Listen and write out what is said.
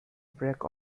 break